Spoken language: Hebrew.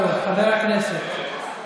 אדוני היושב-ראש, זה בלתי אפשרי.